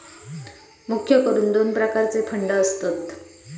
मुख्य करून दोन प्रकारचे फंड असतत